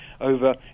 over